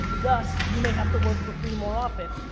thus you may have to work for free more often.